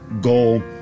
goal